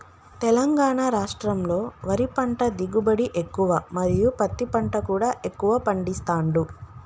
తెలంగాణ రాష్టంలో వరి పంట దిగుబడి ఎక్కువ మరియు పత్తి పంట కూడా ఎక్కువ పండిస్తాండ్లు